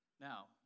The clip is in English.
Now